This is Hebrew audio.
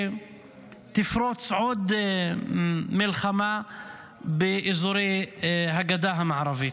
שתפרוץ עוד מלחמה באזורי הגדה המערבית.